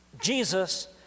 Jesus